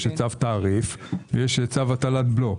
יש צו תעריף ויש צו הטלת בלו.